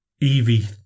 Evie